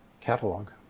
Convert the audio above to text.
catalog